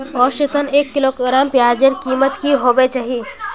औसतन एक किलोग्राम प्याजेर कीमत की होबे चही?